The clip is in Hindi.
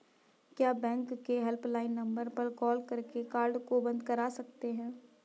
क्या बैंक के हेल्पलाइन नंबर पर कॉल करके कार्ड को बंद करा सकते हैं?